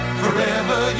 forever